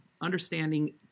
understanding